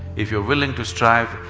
if you are willing to strive,